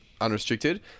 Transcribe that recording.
unrestricted